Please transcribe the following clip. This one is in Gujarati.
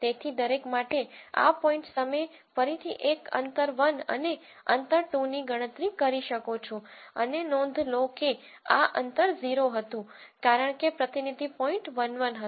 તેથી દરેક માટે આ પોઇંટ્સ તમે ફરીથી એક અંતર 1 અને અંતર 2 ની ગણતરી કરી શકો છો અને નોંધ લો કે આ અંતર 0 હતું કારણ કે પ્રતિનિધિ પોઈન્ટ 1 1 હતો